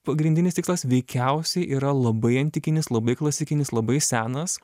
pagrindinis tikslas veikiausiai yra labai antikinis labai klasikinis labai senas